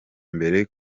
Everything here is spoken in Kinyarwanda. mbere